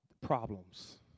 Problems